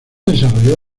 desarrolló